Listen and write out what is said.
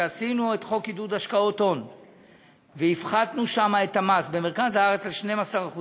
כשחוקקנו את חוק לעידוד השקעות הון והפחתנו שם את המס במרכז הארץ ל-12%